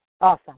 Awesome